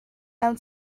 mewn